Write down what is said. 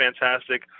fantastic